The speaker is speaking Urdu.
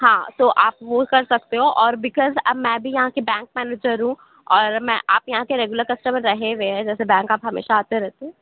ہاں تو آپ وہ کر سکتے ہو اور بکاؤز اب میں بھی یہاں کی بینک مینیجر ہوں اور میں آپ یہاں کے ریگولر کسٹمر رہے ہوئے ہیں جیسے بینک آپ ہمیشہ آتے رہتے ہیں